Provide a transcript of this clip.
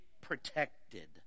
protected